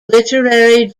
literary